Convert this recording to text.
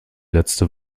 letzte